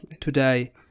today